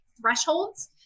thresholds